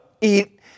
eat